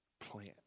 plant